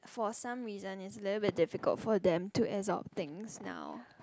for some reason it's a little bit difficult for them to absorb things now